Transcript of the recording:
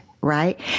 right